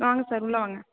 வாங்க சார் உள்ளே வாங்க